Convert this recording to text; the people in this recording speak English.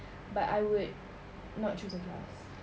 but I would not choose a class